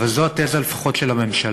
אבל זו התזה לפחות של הממשלה.